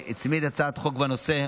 שהצמיד הצעת חוק בנושא.